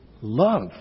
love